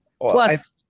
plus